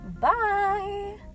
Bye